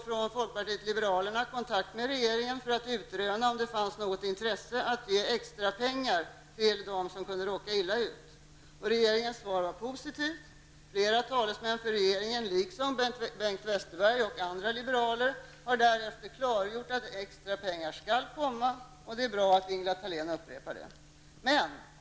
Från folkpartiet liberalerna tog vi då kontakt med regeringen för att utröna om det fanns intresse att ge några extrapengar till de pensionärer som kunde råka illa ut. Regeringens svar var positivt. Flera talesmän för regeringen, liksom Bengt Westerberg och andra liberaler, har därefter klargjort att extrapengar skall komma. Det är bra att Ingela Thalén upprepar detta.